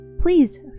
please